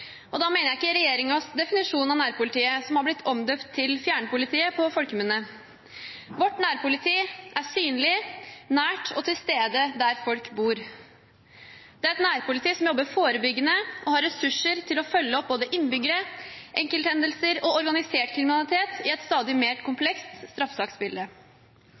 nærpolitiet. Da mener jeg ikke regjeringens definisjon av nærpolitiet, som på folkemunne har blitt omdøpt til fjernpolitiet. Vårt nærpoliti er synlig, nært og til stede der folk bor. Det er et nærpoliti som jobber forebyggende, og som har ressurser til å følge opp både innbyggere, enkelthendelser og organisert kriminalitet i et stadig mer komplekst